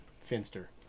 finster